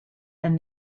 and